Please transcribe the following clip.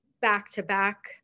back-to-back